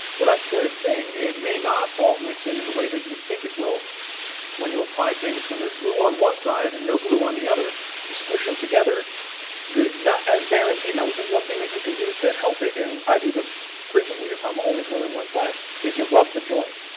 well that's the thing. it may not all mix in, and the way that you think it will when you apply things. when there's glue on one side, and no glue on the other you squish them together you're not as guaranteed. one thing that you can do to help it, and i do this frequently if i'm only gluing one side is you rub the joint,